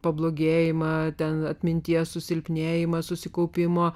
pablogėjimą ten atminties susilpnėjimas susikaupimo